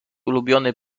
ulubiony